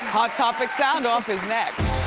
hot topics sound off is next.